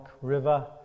River